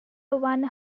one